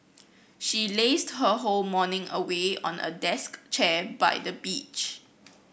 she lazed her whole morning away on a desk chair by the beach